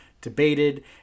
debated